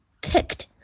picked